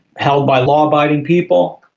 held by law-abiding people,